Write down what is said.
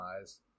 eyes